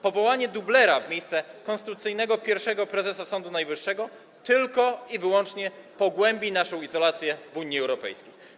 Powołanie dublera w miejsce konstytucyjnego pierwszego prezesa Sądu Najwyższego tylko i wyłącznie pogłębi naszą izolację w Unii Europejskiej.